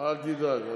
אל תדאג.